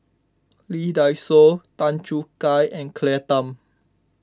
Lee Dai Soh Tan Choo Kai and Claire Tham